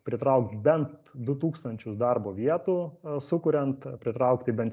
pritraukt bent du tūkstančius darbo vietų sukuriant pritraukti bent